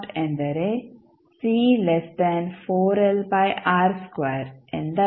ಎಂದರೆ ಎಂದರ್ಥ